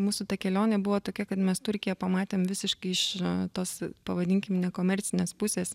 mūsų ta kelionė buvo tokia kad mes turkiją pamatėm visiškai iš tos pavadinkim nekomercinės pusės